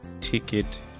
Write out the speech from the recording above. ticket